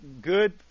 good